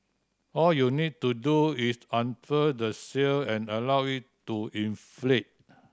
all you need to do is unfurl the sail and allow it to inflate